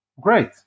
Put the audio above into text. great